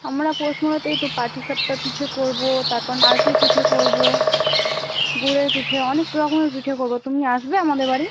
আমরা পৌষ মেলাতেই তো পাটিসাপটা পিঠে করবো তারপর নারকেল পিঠে করবো গুঁড়ের পিঠে অনেক রকমের পিঠে করবো তুমি আসবে আমাদের বাড়ি